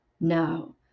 No